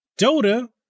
Dota